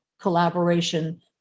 collaboration